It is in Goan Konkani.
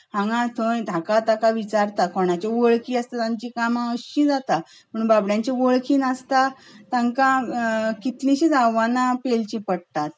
हांगा थंय हाका ताका विचारतात कोणाच्यो वळखी आसात तांची कामां अशी जातात पूण बाबड्यांच्यो वळखी नासतात तांकां कितलींशींच आव्हानां पेलची पडटात